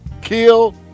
kill